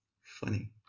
funny